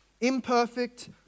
imperfect